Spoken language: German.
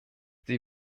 sie